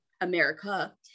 America